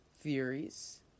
theories